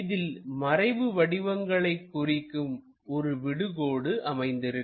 இதில் மறைவு வடிவங்களைப் குறிக்கும் ஒரு விடு கோடு அமைந்திருக்கும்